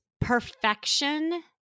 perfection